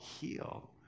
heal